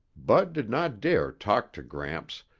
bud did not dare talk to gramps,